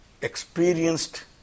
experienced